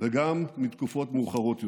וגם מתקופות מאוחרות יותר.